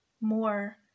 more